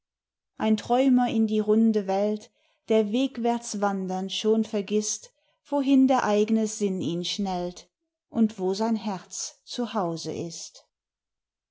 ein träumer in die runde welt der wegwärtswandernd schon vergißt wohin der eigne sinn ihn schnellt und wo sein herz zu hause ist